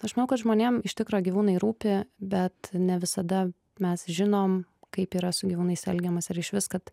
aš manau kad žmonėm iš tikro gyvūnai rupi bet ne visada mes žinom kaip yra su gyvūnais elgiamasi ar išvis kad